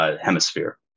hemisphere